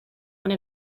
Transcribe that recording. one